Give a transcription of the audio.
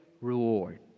reward